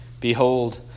Behold